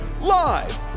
live